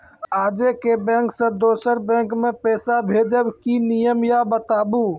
आजे के बैंक से दोसर बैंक मे पैसा भेज ब की नियम या बताबू?